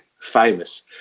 famous